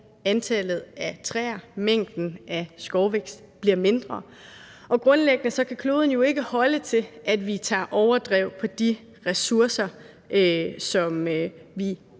antallet af træer, mængden af skovvækst, bliver mindre, og grundlæggende kan kloden jo ikke holde til, at vi driver rovdrift på de ressourcer, som vi